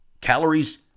Calories